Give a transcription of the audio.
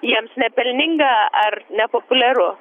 jiems nepelninga ar nepopuliaru